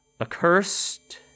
accursed